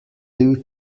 two